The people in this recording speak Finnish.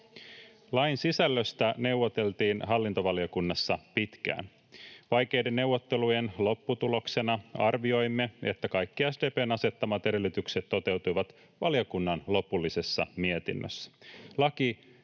Lain sisällöstä neuvoteltiin hallintovaliokunnassa pitkään. Vaikeiden neuvottelujen lopputuloksena arvioimme, että kaikki SDP:n asettamat edellytykset toteutuivat valiokunnan lopullisessa mietinnössä.